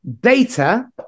data